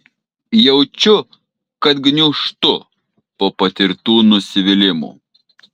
jaučiu kad gniūžtu po patirtų nusivylimų